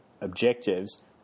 objectives